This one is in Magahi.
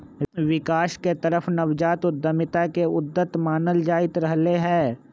विकास के तरफ नवजात उद्यमिता के उद्यत मानल जाईंत रहले है